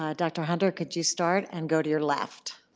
ah dr. hunter, could you start and go to your left?